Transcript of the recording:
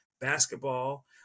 basketball